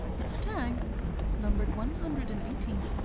its tag numbered one hundred and eighteen.